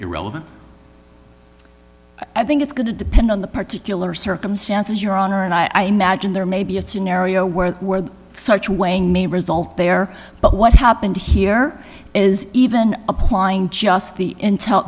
them i think it's going to depend on the particular circumstances your honor and i imagine there may be a scenario where such weighing may result there but what happened here is even applying just the int